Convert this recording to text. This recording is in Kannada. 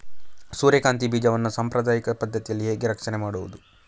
ಸೂರ್ಯಕಾಂತಿ ಬೀಜವನ್ನ ಸಾಂಪ್ರದಾಯಿಕ ಪದ್ಧತಿಯಲ್ಲಿ ಹೇಗೆ ರಕ್ಷಣೆ ಮಾಡುವುದು